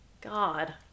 God